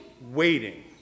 waiting